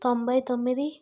తొంభై తొమ్మిది